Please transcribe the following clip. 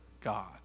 God